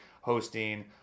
hosting